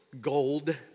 gold